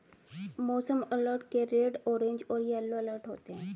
मौसम अलर्ट के red orange और येलो अलर्ट होते हैं